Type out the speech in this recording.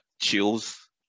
chills